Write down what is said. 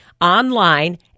online